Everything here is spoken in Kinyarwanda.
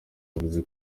yavuze